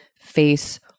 Face